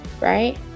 right